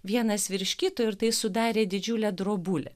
vienas virš kito ir tai sudarė didžiulę drobulę